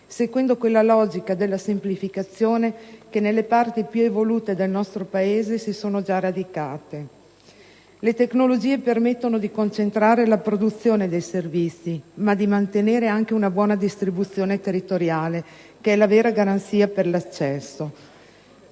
seguendo quella logica della semplificazione che nelle parti più evolute del nostro Paese si è già radicata. Le tecnologie permettono di concentrare la produzione dei servizi, ma di mantenere anche una buona distribuzione territoriale, che è la vera garanzia per l'accesso.